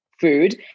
food